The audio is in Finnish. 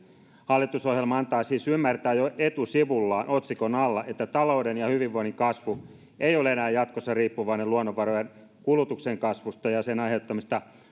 hallitusohjelma antaa siis ymmärtää jo etusivullaan otsikon alla että talouden ja hyvinvoinnin kasvu ei ole enää jatkossa riippuvainen luonnonvarojen kulutuksen kasvusta ja sen aiheuttamista